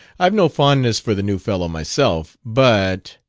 i've no fondness for the new fellow, myself but